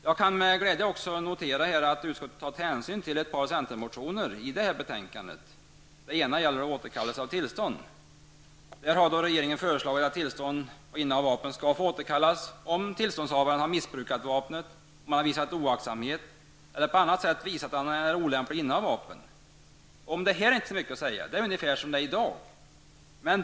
Jag kan med glädje notera att utskottet tagit hänsyn till ett par centermotioner i betänkandet. En av dem gäller återkallelse av vapentillstånd. I det avseendet har regeringen föreslagit att tillstånd att inneha vapen skall få återkallas, om tillståndshavaren har missbrukat vapnet, visat oaktsamhet eller på annat sätt visat att han är olämlig att inneha vapen. Om detta är det inte så mycket att säga, det är ungefär som i dag.